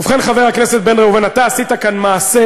ובכן, חבר הכנסת בן ראובן, אתה עשית כאן מעשה